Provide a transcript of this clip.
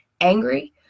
angry